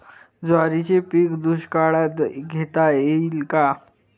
ज्वारीचे पीक दुष्काळात घेता येईल का?